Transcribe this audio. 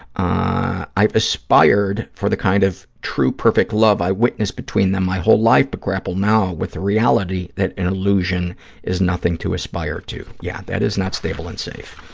i've aspired for the kind of true perfect love i witnessed between them my whole life but grapple now with the reality that an illusion is nothing to aspire to. yeah, that is not stable and safe.